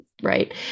right